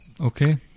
Okay